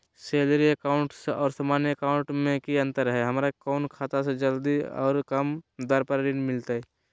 Salary account और सामान्य account मे की अंतर है हमरा कौन खाता से जल्दी और कम दर पर ऋण मिलतय?